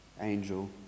angel